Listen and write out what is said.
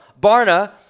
Barna